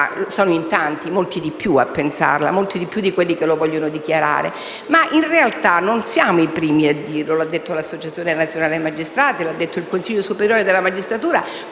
sono molti di più a pensarla così, molti di più di quelli che lo dichiarano). In realtà non siamo i primi a dirlo. L'ha detto l'Associazione nazionale magistrati e l'ha detto il Consiglio superiore della magistratura,